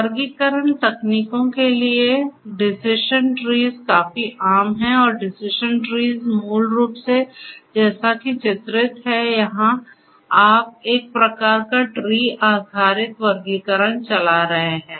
वर्गीकरण तकनीकों के लिए डिसिशन ट्रीज काफी आम हैं और डिसिशन ट्रीज मूल रूप से जैसा कि चित्रित है यहां आप एक प्रकार का ट्री आधारित वर्गीकरण चला रहे हैं